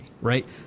right